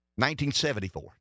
1974